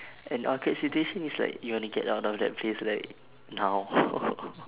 an awkward situation is like you wanna get out of that place like now